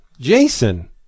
Jason